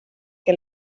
che